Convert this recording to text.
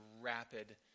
rapid